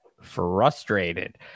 frustrated